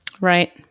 Right